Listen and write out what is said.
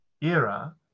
era